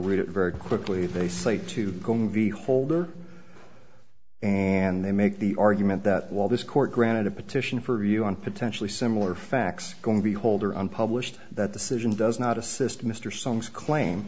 read it very quickly they say to go movie holder and they make the argument that while this court granted a petition for review on potentially similar facts going to be holder unpublished that decision does not assist mr song's claim